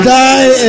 die